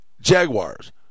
Jaguars